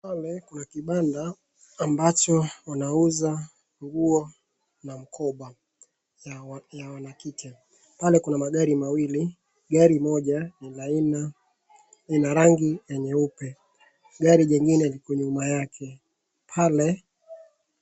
Pale kuna kibanda, ambacho wanauza nguo na mkoba ya, ya wana kite. Pale kuna magari mawili, gari moja ni la aina, lina rangi ya nyeupe. Gari lingine liko nyuma yake. Pale...